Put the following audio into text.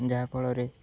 ଯାହାଫଳରେ